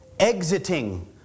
Exiting